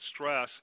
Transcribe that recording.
stress